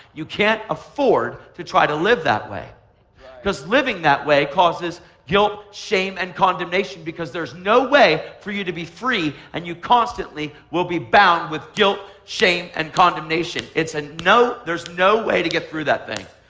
you can't afford to try to live that way because living that way causes guilt, shame and condemnation because there's no way for you to be free, and you constantly will be bound with guilt, shame and condemnation. it's a no there's no way to get through that thing.